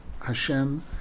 Hashem